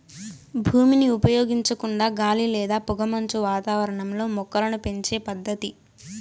భూమిని ఉపయోగించకుండా గాలి లేదా పొగమంచు వాతావరణంలో మొక్కలను పెంచే పద్దతి